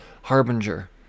Harbinger